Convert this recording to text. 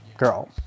girl